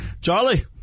Charlie